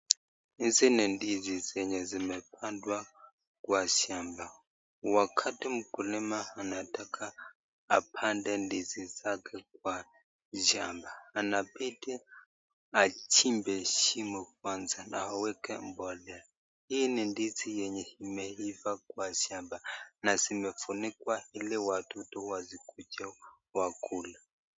Hizi ni ndizi zenye zimepandwa kwa shamba wakati mkulima anataka apanda ndizi zake kwa shamba anabidi ajmbe shimu kwa na aweke mbolea , hii ni ndizi yenye imeifaa kwa shamba na zimefunikwa hili wadudu wasikuje wakule.